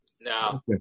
no